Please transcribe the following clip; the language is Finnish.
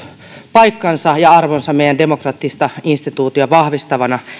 paikkansa ja arvonsa meidän demokraattista instituutiota vahvistavana